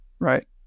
Right